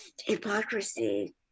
hypocrisy